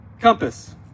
compass